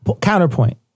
Counterpoint